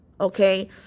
okay